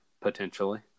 potentially